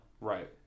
Right